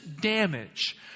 damage